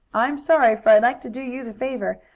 i'm sorry, for i'd like to do you the favor,